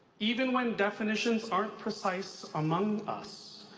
even when definitions aren't precise among us,